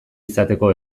izateko